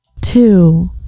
Two